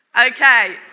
Okay